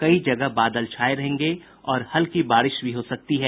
कई जगह बादल छाये रहेंगे और हल्की बारिश भी हो सकती है